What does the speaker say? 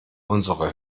unsere